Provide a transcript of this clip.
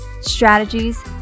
strategies